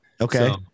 Okay